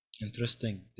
Interesting